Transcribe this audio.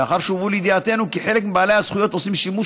לאחר שהובא לידיעתנו כי חלק מבעלי הזכויות עושים שימוש